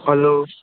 hello